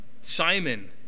Simon